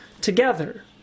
together